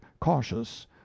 cautious